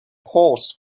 paused